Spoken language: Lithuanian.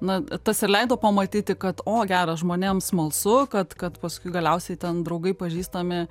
na tas ir leido pamatyti kad o geras žmonėm smalsu kad kad paskui galiausiai ten draugai pažįstami